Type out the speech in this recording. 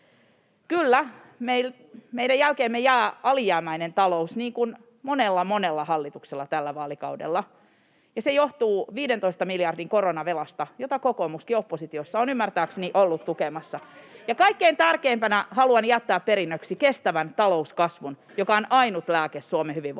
Kyllä, meidän jälkeemme jää alijäämäinen talous niin kuin monella, monella hallituksella tällä vaalikaudella, ja se johtuu 15 miljardin koronavelasta, jota kokoomuskin oppositiossa on ymmärtääkseni ollut tukemassa. [Ben Zyskowicz: Eikö mistään muusta?] Ja kaikkein tärkeimpänä haluan jättää perinnöksi kestävän talouskasvun, joka on ainut lääke Suomen hyvinvoinnille